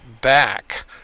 back